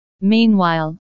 Meanwhile